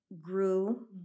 grew